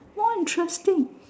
more interesting